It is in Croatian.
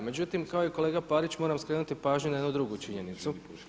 Međutim, kao i kolega Parić moram skrenuti pažnju na jednu drugu činjenicu.